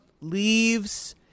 leaves